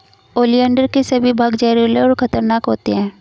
oleander के सभी भाग जहरीले और खतरनाक होते हैं